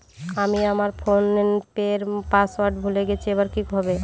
আমি আমার ফোনপের পাসওয়ার্ড ভুলে গেছি এবার কি হবে?